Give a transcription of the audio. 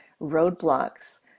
roadblocks